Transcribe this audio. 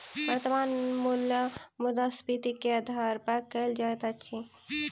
वर्त्तमान मूल्य मुद्रास्फीति के आधार पर कयल जाइत अछि